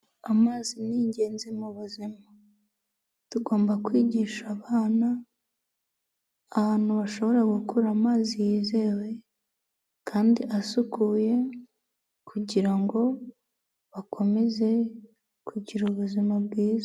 Amazi ni ingenzi mu buzima, tugomba kwigisha abana ahantu bashobora gukura amazi yizewe kandi asukuye kugira ngo bakomeze kugira ubuzima bwiza.